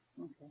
Okay